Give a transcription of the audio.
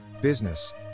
Business